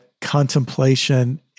contemplation